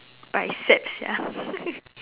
but it's sad sia